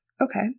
Okay